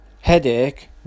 headache